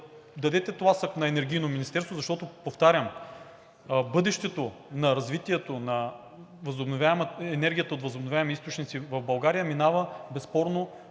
дадете тласък на Енергийното министерство, защото, повтарям, бъдещето на развитието на енергията от възобновяеми източници в България минава безспорно